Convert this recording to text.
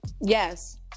Yes